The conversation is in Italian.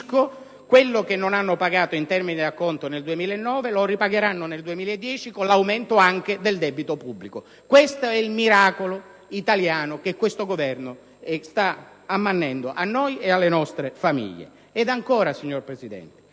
quello che non hanno pagato in termini di acconto nel 2009 e lo ripagheranno nel 2010 anche con l'aumento del debito pubblico. Questo è il miracolo italiano che il Governo sta ammannendo a noi e alle nostre famiglie! Inoltre, signor Presidente,